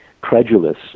credulous